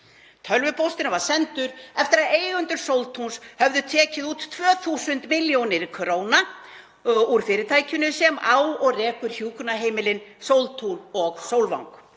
Tölvupósturinn var sendur eftir að eigendur Sóltúns höfðu tekið 2.000 millj. kr. út úr fyrirtækinu sem á og rekur hjúkrunarheimilin Sóltún og Sólvang